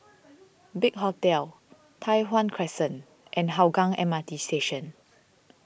Big Hotel Tai Hwan Crescent and Hougang M R T Station